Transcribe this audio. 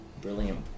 Brilliant